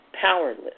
powerless